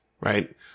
right